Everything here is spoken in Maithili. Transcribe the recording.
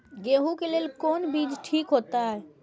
गेहूं के लेल कोन बीज ठीक होते?